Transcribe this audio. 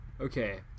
Okay